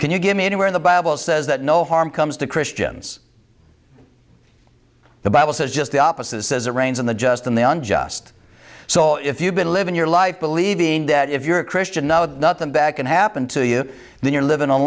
can you give me where the bible says that no harm comes to christians the bible says just the opposite it says it rains on the just and the unjust so if you've been living your life believing that if you're a christian nothing back and happen to you then you're living